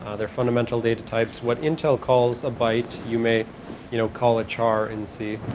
ah they are fundamental data types. what intel calls a byte you may you know call a char in c.